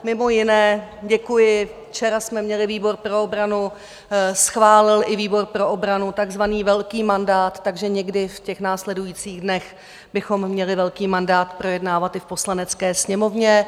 Mimo jiné děkuji, včera jsme měli výbor pro obranu, schválil i výbor pro obranu takzvaný velký mandát, takže někdy v následujících dnech bychom měli velký mandát projednávat i v Poslanecké sněmovně.